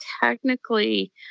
technically